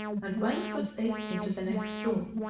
and went with it into the next room.